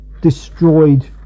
destroyed